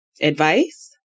advice